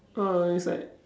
uh it's like